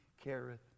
careth